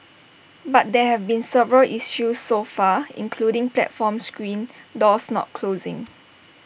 but there have been several issues so far including platform screen doors not closing